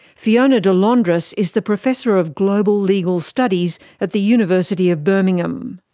fiona de londras is the professor of global legal studies at the university of birmingham.